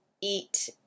eat